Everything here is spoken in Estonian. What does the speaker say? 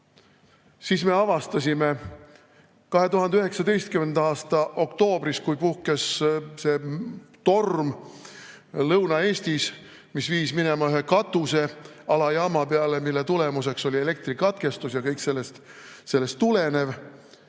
siis me 2019. aasta oktoobris, kui puhkes see torm Lõuna-Eestis, mis viis ühe katuse alajaama peale, mille tulemuseks oli elektrikatkestus ja kõik sellest tulenev,